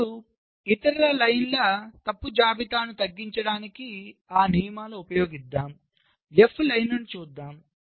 ఇప్పుడు ఇతర పంక్తుల తప్పు జాబితాను తగ్గించడానికి ఆ నియమాలను ఉపయోగిద్దాం F పంక్తిని చూద్దాం